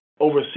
Over